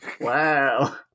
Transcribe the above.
Wow